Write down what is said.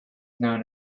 known